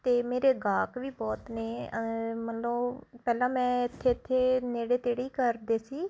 ਅਤੇ ਮੇਰੇ ਗਾਹਕ ਵੀ ਬਹੁਤ ਨੇ ਮਤਲਬ ਪਹਿਲਾਂ ਮੈਂ ਇੱਥੇ ਇੱਥੇ ਨੇੜੇ ਤੇੜੇ ਹੀ ਕਰਦੇ ਸੀ